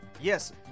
Yes